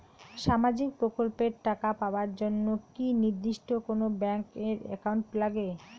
সামাজিক প্রকল্পের টাকা পাবার জন্যে কি নির্দিষ্ট কোনো ব্যাংক এর একাউন্ট লাগে?